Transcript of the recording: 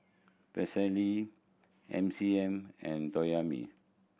Persil M C M and Toyomi